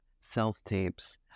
self-tapes